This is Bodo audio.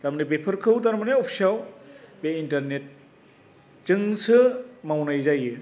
थारमानि बेफोरखौ थारमानि अफिसआव बे इन्टारनेटजोंसो मावनाय जायो